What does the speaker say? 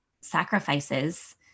sacrifices